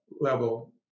level